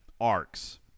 arcs